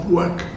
work